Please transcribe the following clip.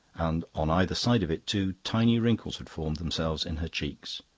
and on either side of it two tiny wrinkles had formed themselves in her cheeks.